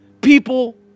people